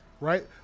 right